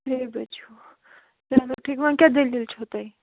ترٛےٚ بَجہِ ہیٛوٗ چلو ٹھیٖک وۅنۍ کیٛاہ دٔلیٖل چھَو تۄہہِ